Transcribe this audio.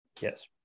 Yes